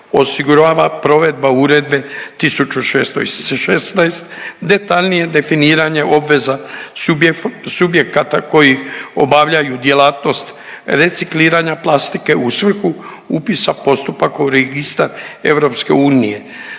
osigurava provedba Uredbe 1616, detaljnije definiranje obveza subjekata koji obavljaju djelatnost recikliranja plastike u svrhu upisa postupaka u registar EU.